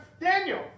Daniel